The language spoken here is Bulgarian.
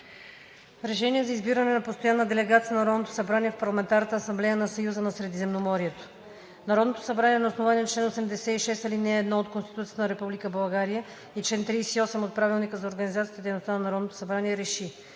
РЕШЕНИЕ за избиране на постоянна делегация на Народното събрание в Парламентарната асамблея на Съюза за Средиземноморието Народното събрание на основание чл. 86, ал. 1 от Конституцията на Република България и чл. 38 от Правилника за организацията и дейността на Народното събрание РЕШИ: